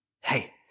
Hey